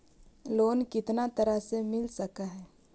Loan कितना तरह से मिल सक है?